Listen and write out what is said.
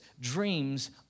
dreams